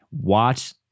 watch